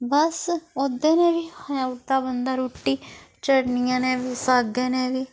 बस ओह्दे ने बी खाउ दा बंदा रुट्टी चटनियै ने बी सागै ने बी